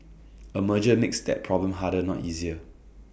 A merger makes that problem harder not easier